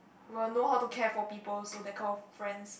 will know how to care for people so that kind of friends